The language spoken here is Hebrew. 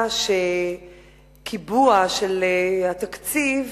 העובדה שקיבוע של התקציב